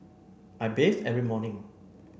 I bathe every morning